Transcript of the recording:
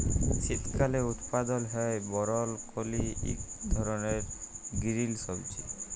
শীতকালে উৎপাদল হ্যয় বরকলি ইক ধরলের গিরিল সবজি